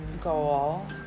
goal